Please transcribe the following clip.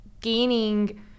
gaining